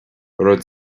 raibh